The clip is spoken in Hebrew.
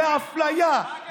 באפליה,